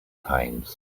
times